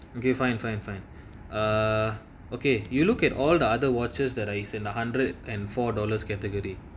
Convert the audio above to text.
okay fine fine fine err okay you look at all the other watches that are in one hundred and four dollars category